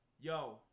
Yo